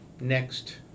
next